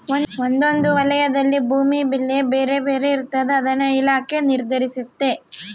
ಒಂದೊಂದು ವಲಯದಲ್ಲಿ ಭೂಮಿ ಬೆಲೆ ಬೇರೆ ಬೇರೆ ಇರ್ತಾದ ಅದನ್ನ ಇಲಾಖೆ ನಿರ್ಧರಿಸ್ತತೆ